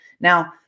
Now